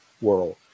world